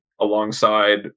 alongside